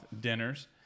dinners